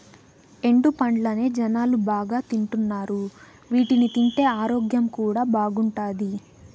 ఎండు పండ్లనే జనాలు బాగా తింటున్నారు వీటిని తింటే ఆరోగ్యం కూడా బాగుంటాది